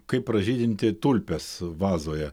kaip pražydinti tulpes vazoje